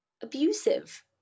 Abusive